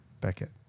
Beckett